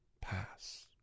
pass